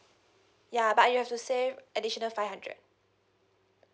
ya but you have to save additional five hundred